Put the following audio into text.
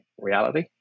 reality